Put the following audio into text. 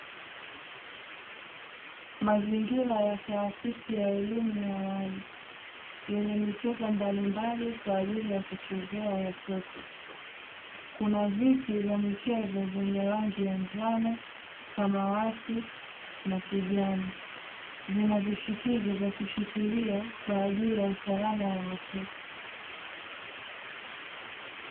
Mazingira ya taasisi ya elimu ya awali yenye michezo mbalimbali kwa ajili ya kuchezea watoto. Kuna viti vya michezo vyeye rangi ya njano, samawati na kijani. Zina vishikizo vya kushikilia kwa ajili ya usalama wa watoto.